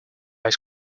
ice